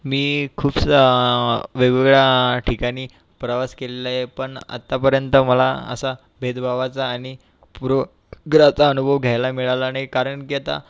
मी खूप सा वेगवेगळ्या ठिकाणी प्रवास केलेला आहे पण आत्तापर्यंत मला असा भेदभावाचा आणि प्र प्रचा अनुभव घ्यायला मिळाला नाही कारण की आता